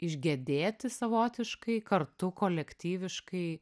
išgedėti savotiškai kartu kolektyviškai